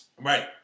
Right